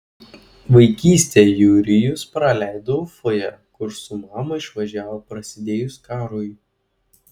vaikystę jurijus praleido ufoje kur su mama išvažiavo prasidėjus karui